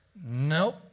nope